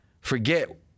Forget